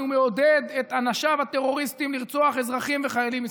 ומעודד את אנשיו הטרוריסטים לרצוח אזרחים וחיילים ישראלים,